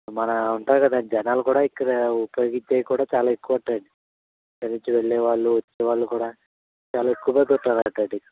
మన ఉంటాయి కదండీ జనాలు కూడా ఇక్కడ ఉపయోగించేవి కూడా చాలా ఎక్కువ ఉంటాయండి ఇక్కడనుంచి వెళ్ళేవాళ్ళు వచ్చేవాళ్ళు కూడా చాలా ఎక్కువ